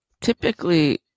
typically